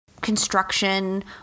construction